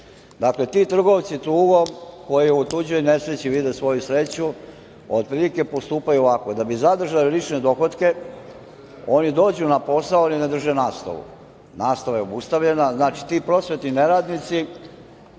Dakle, ti trgovci tugom, koji u tuđoj nesreći vide svoju sreću, otprilike postupaju ovako, da bi zadržao lične dohotke, oni dođu na posao i ne drže nastavu, nastava je obustavljena.27/1 GD/MJ 15.30 – 15.40Znači, ti prosvetni neradnici